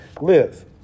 live